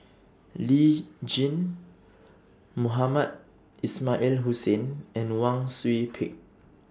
Lee Tjin Mohamed Ismail Hussain and Wang Sui Pick